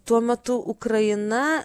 tuo metu ukraina